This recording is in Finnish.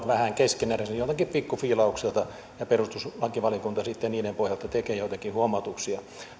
vähän keskeneräisinä joiltakin pikku fiilauksilta ja perustuslakivaliokunta sitten niiden pohjalta tekee joitakin huomautuksia